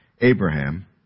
Abraham